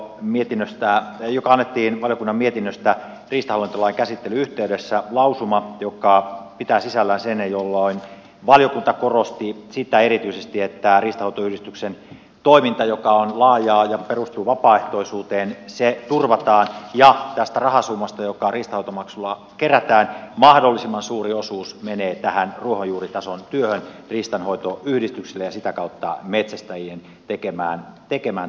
mietinnöstä joka annettiin valiokunnan mietinnöstä riistahallintolain käsittelyn yhteydessä lausuma joka pitää sisällään sen että valiokunta korosti erityisesti sitä että riistanhoitoyhdistyksen toiminta joka on laajaa ja perustuu vapaaehtoisuuteen turvataan ja tästä rahasummasta joka riistanhoitomaksulla kerätään mahdollisimman suuri osuus menee ruohonjuuritason työhön riistanhoitoyhdistyksille ja sitä kautta metsästäjien tekemään työhön